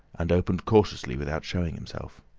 and opened cautiously without showing himself.